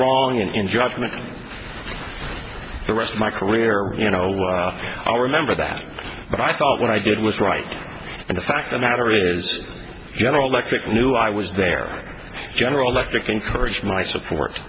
for the rest of my career you know i'll remember that but i thought what i did was right and the fact of matter is general electric knew i was there general electric encouraged my support